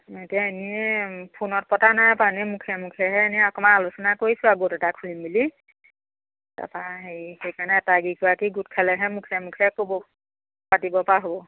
এতিয়া এনেই ফোনত পতা নাই পা এনেই মুখে মুখেহে এনেই অকমান আলোচনা কৰিছোঁ আৰু গোট এটা খুলিম বুলি তাপা হেৰি সেইকাৰণে বাকীগৰাকী গোট খালেহে মুখে মুখে ক'ব পাতিব পৰা হ'ব